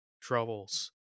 troubles